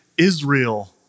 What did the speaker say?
Israel